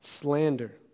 slander